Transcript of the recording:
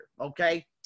okay